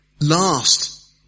last